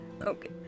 Okay